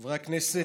חברי הכנסת,